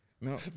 No